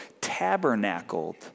tabernacled